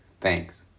Thanks